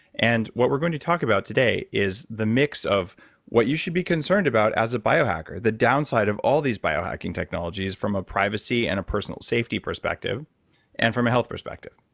and what we're going to talk about today is the mix of what you should be concerned about as a biohacker, the downside of all of these biohacking technologies, from a privacy and a personal safety perspective and from a health perspective.